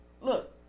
look